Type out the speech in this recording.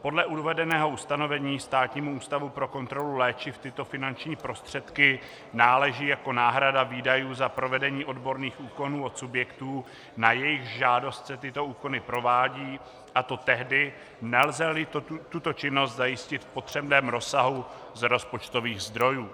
Podle uvedeného ustanovení Státnímu ústavu pro kontrolu léčiv tyto finanční prostředky náleží jako náhrada výdajů za provedení odborných úkonů od subjektů, na jejichž žádost se tyto úkony provádějí, a to tehdy, nelzeli tuto činnost zajistit v potřebném rozsahu z rozpočtových zdrojů.